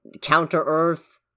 Counter-Earth